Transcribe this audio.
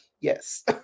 yes